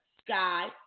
sky